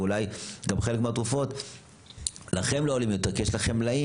וגם אולי לכם חלק מהתרופות לא עולות יותר כי יש לכם מלאים